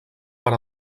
per